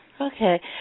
Okay